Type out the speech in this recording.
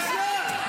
בושה.